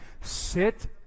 sit